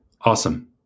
Awesome